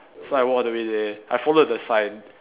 so I walk all the way there I followed the sign